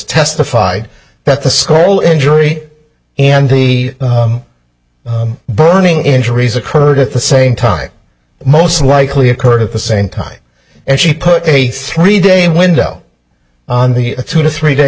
testified that the sole injury and the burning injuries occurred at the same time most likely occurred at the same time and she put a three day window on the two to three day